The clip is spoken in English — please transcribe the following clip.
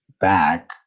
back